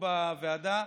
שתמכו בוועדה,